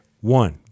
one